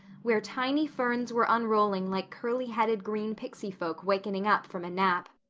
where tiny ferns were unrolling like curly-headed green pixy folk wakening up from a nap.